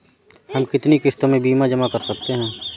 हम कितनी किश्तों में बीमा जमा कर सकते हैं?